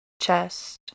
chest